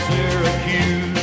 Syracuse